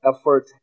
effort